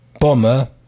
Bomber